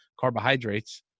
carbohydrates